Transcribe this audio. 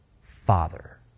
Father